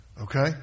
Okay